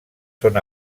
són